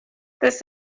this